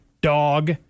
dog